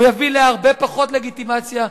הוא יביא להרבה פחות לגיטימציה.